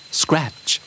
scratch